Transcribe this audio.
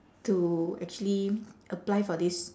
to actually apply for this